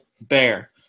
bear